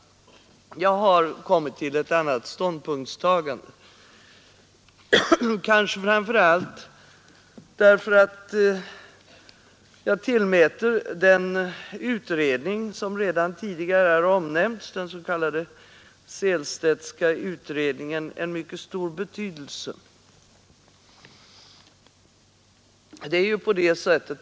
Jag har kommit till en annan ståndpunkt, kanske framför allt därför att jag tillmäter den s.k. Sehlstedtska utredningen, som tidigare omnämnts, mycket stor betydelse.